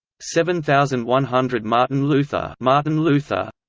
seven thousand one hundred martin luther martin luther